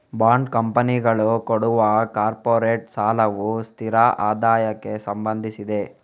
bond ಕಂಪನಿಗಳು ಕೊಡುವ corporate ಸಾಲವು ಸ್ಥಿರ ಆದಾಯಕ್ಕೆ ಸಂಬಂಧಿಸಿದೆ